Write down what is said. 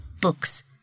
books